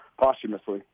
posthumously